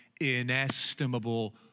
inestimable